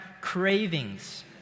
cravings